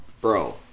Bro